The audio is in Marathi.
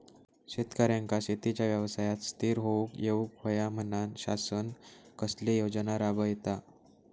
शेतकऱ्यांका शेतीच्या व्यवसायात स्थिर होवुक येऊक होया म्हणान शासन कसले योजना राबयता?